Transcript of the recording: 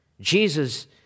Jesus